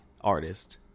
artist